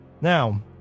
Now